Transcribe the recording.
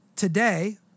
Today